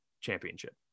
championship